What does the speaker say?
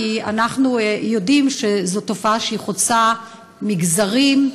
כי אנחנו יודעים שזאת תופעה שחוצה מגזרים,